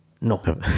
No